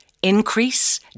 Increase